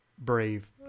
Brave